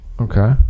Okay